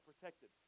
protected